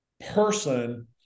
person